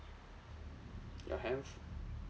your handph~